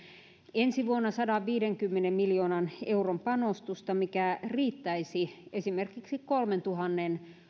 ensi vuonna sadanviidenkymmenen miljoonan euron panostusta mikä riittäisi esimerkiksi kolmentuhannen